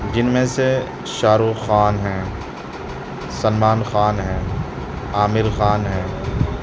جن میں سے شاہ رخ خان ہیں سلمان خان ہیں عامر خان ہیں